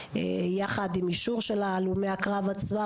יחד עם אישור של הלומי הקרב עצמם,